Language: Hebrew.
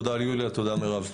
תודה ליוליה, תודה מירב.